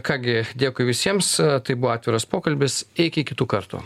ką gi dėkui visiems tai buvo atviras pokalbis iki kitų kartų